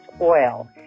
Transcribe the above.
oil